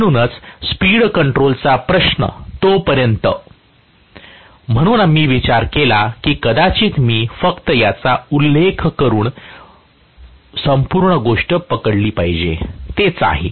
म्हणूनच स्पीड कंट्रोलचा प्रश्न तोपर्यंत म्हणून मी विचार केला की कदाचित मी फक्त याचा उल्लेख करून संपूर्ण गोष्ट पकडली पाहिजे तेच आहे